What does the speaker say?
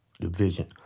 Division